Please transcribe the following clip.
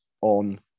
on